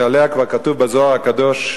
שעליה כבר כתוב בזוהר הקדוש,